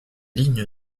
lignes